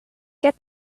get